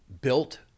built